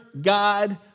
God